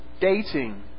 Dating